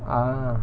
ah